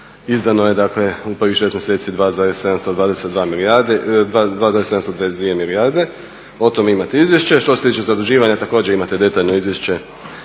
Izdano je dakle u prvih 6 mjeseci 2,722 milijarde, o tom imate izvješće. Što se tiče zaduživanja također imate detaljno izvješće